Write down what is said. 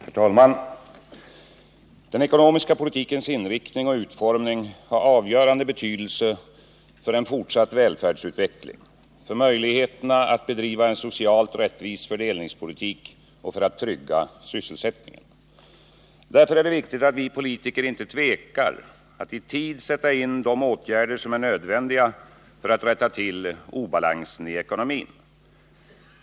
Herr talman! Den ekonomiska politikens inriktning och utformning har avgörande betydelse för en fortsatt välfärdsutveckling, för möjligheterna att bedriva en socialt rättvis fördelningspolitik och för att vi skall kunna trygga sysselsättningen. Därför är det viktigt att vi politiker inte tvekar att i tid sätta in de åtgärder som är nödvändiga för att rätta till obalansproblem i ekonomin.